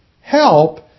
help